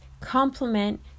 complement